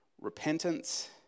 Repentance